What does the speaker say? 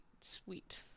sweet